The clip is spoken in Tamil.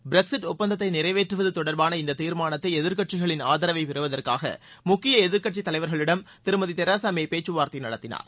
பிரக்ஸிட் ஒப்பந்தத்தை நிறைவேற்றுவது தொடர்பான இந்த தீர்மானத்தை எதிர்கட்சிகளின் ஆதரவை பெறுவதற்காக முக்கிய எதிர்கட்சி தலைவர்களுடம் திருமதி தெரசாமே பேச்சுவார்த்தை நடத்தினார்